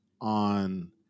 on